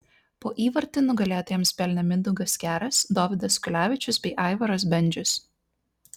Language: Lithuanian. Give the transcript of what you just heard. po įvartį nugalėtojams pelnė mindaugas keras dovydas kulevičius bei aivaras bendžius